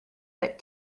but